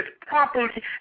properly